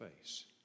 face